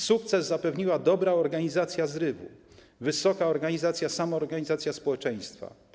Sukces zapewniła dobra organizacja zrywu, wysoka organizacja, samoorganizacja społeczeństwa.